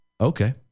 Okay